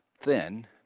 thin